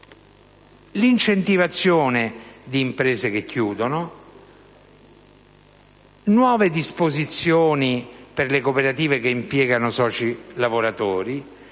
l'incentivazione delle imprese che chiudono, con le «nuove disposizioni per le cooperative che impiegano soci lavoratori»